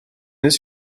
this